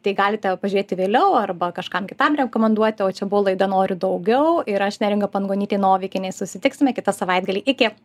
tai galite pažiūrėti vėliau arba kažkam kitam rekomenduoti o čia buvo laida noriu daugiau ir aš neringa pangonytė novikienė susitiksime kitą savaitgalį iki